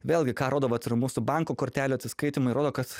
vėlgi ką rodo vat ir mūsų banko kortelių atsiskaitymai rodo kad